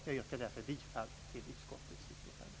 Jag yrkar därför bifall till utskottets utlåtande.